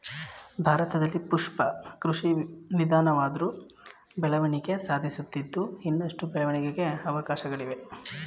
ಭಾರತದಲ್ಲಿ ಪುಷ್ಪ ಕೃಷಿ ನಿಧಾನವಾದ್ರು ಬೆಳವಣಿಗೆ ಸಾಧಿಸುತ್ತಿದ್ದು ಇನ್ನಷ್ಟು ಬೆಳವಣಿಗೆಗೆ ಅವಕಾಶ್ಗಳಿವೆ